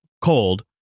cold